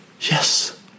Yes